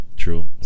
true